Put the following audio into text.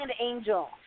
angel